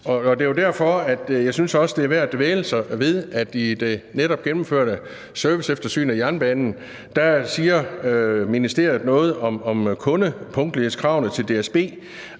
det er værd at dvæle ved, at ministeriet i det netop gennemførte serviceeftersyn af jernbanen siger noget om kundepunktlighedskravene til DSB,